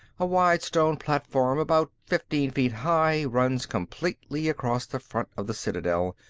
a wide stone platform, about fifteen feet high, runs completely across the front of the citadel,